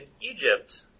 Egypt